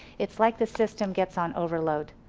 it's like the system gets on overload.